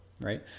right